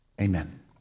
Amen